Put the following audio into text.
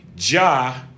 Ja